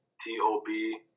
T-O-B